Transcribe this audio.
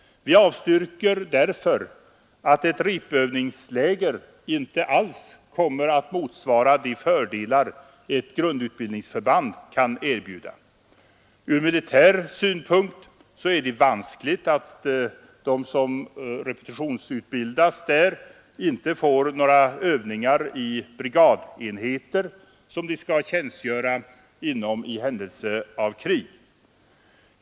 Vi avstyrker därför att ett repövningsläger inte alls kommer att motsvara de fördelar ett grundutbildningsförband kan erbjuda. Ur militär synpunkt är vanskligt att de som repetitionsutbildas där inte får några Övningar i brigadenheter, i vilka de skall tjänstgöra i händelse av krig.